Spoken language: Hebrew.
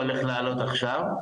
או הולך לעלות עכשיו,